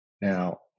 Now